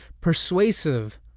persuasive